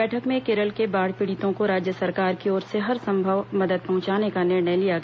बैठक में केरल के बाढ़ पीड़ितों को राज्य सरकार की ओर से हरसंभव मदद पहुंचाने का निर्णय लिया गया